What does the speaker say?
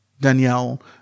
Danielle